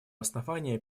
основания